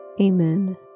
Amen